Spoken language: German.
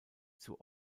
zur